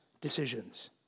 decisions